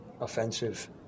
offensive